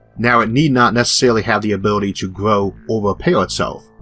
now it need not necessarily have the ability to grow or repair itself,